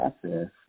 process